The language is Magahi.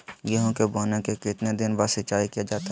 गेंहू के बोने के कितने दिन बाद सिंचाई किया जाता है?